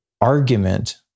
argument